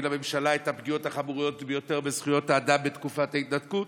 לממשלה את הפגיעות החמורות ביותר בזכויות האדם בתקופת ההתנתקות.